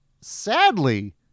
sadly